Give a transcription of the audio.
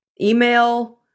email